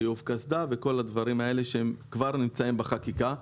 חיוב קסדה וכל הדברים האלה שכבר נמצאים בחקיקה.